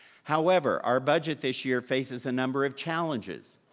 however, our budget this year faces a number of challenges.